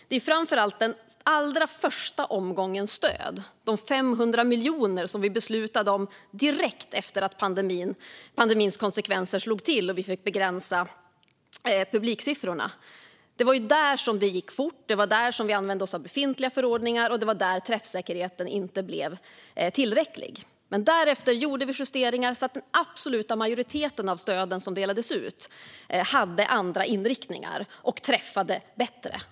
Det gäller framför allt den allra första omgången stöd - de 500 miljoner som vi beslutade om direkt efter att pandemins konsekvenser slog till och vi fick begränsa publiksiffrorna. Det var där det gick fort, det var där vi använde oss av befintliga förordningar och det var där träffsäkerheten inte blev tillräcklig. Men därefter gjorde vi justeringar så att den absoluta majoriteten av de stöd som delades ut hade andra inriktningar och träffade bättre.